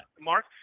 Mark